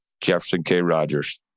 jeffersonkrogers